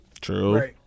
True